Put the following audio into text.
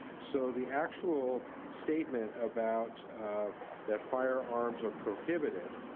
so the actual statement about that firearms are prohibited,